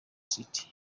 city